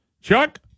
chuck